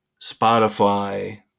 Spotify